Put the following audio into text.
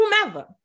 whomever